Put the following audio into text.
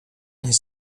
his